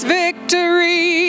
victory